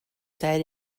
said